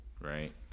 right